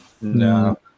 No